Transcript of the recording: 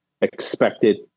expected